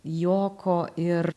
juoko ir